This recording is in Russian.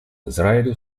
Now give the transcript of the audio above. израилю